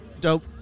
Dope